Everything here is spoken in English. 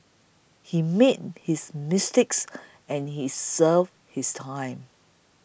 he made his mistakes and he served his time